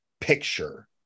picture